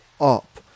up